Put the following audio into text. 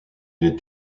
est